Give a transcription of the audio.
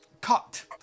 cut